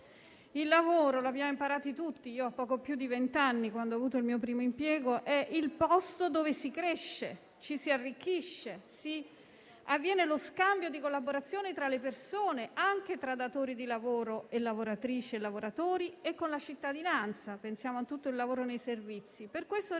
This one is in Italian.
Il lavoro, come abbiamo imparato tutti (io a poco più di vent'anni, quando ho avuto il mio primo impiego), è il posto dove si cresce, ci si arricchisce, avviene lo scambio di collaborazione tra le persone, anche tra datori di lavoro, lavoratrici e lavoratori e con la cittadinanza (pensiamo a tutto il lavoro nei servizi).